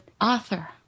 author